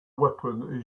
weapon